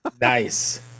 nice